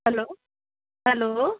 hello hello